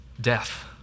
death